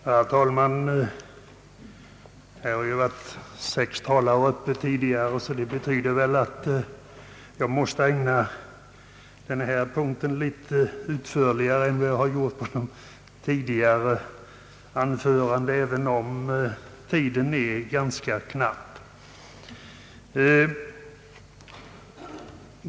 Herr talman! Sex talare har varit uppe i debatten om denna punkt, och det betyder väl att jag måste ägna denna fråga en något utförligare behandling än jag har gjort när det gällt de föregående punkterna, även om tiden är ganska knapp.